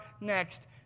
next